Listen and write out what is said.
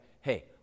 hey